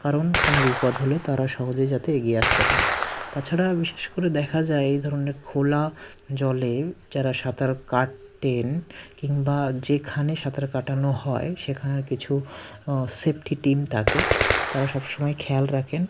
কারণ কোনো বিপদ হলে তারা সহজে যাতে এগিয়ে আসতে পারে তাছাড়া বিশেষ করে দেখা যায় এই ধরনের খোলা জলে যারা সাঁতার কাটেন কিংবা যেখানে সাঁতার কাটানো হয় সেখানে কিছু সেপঠি টিন তাকে তারা সব সময় খেয়াল রাখেন